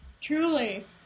Truly